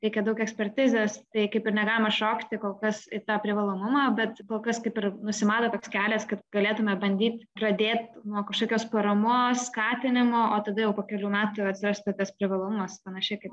reikia daug ekspertizės tai kaip ir negalima šokti kol kas į tą privalomumą bet kol kas kaip ir nusimato toks kelias kad galėtume bandyt pradėt nuo kažkokios paramos skatinimo o tada jau po kelių metų atsirastų tas privalumas panašiai kaip